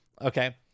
Okay